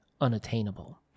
unattainable